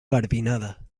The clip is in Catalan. garbinada